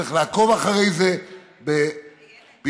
צריך לעקוב אחרי זה עם פינצטה,